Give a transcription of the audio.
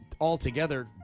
altogether